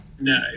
no